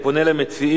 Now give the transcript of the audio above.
אני פונה למציעים.